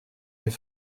est